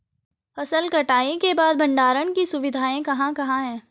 फसल कटाई के बाद भंडारण की सुविधाएं कहाँ कहाँ हैं?